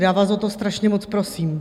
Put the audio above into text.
Já vás o to strašně moc prosím.